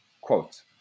quote